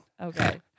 Okay